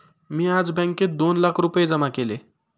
मी आज बँकेत दोन लाख रुपये जमा केले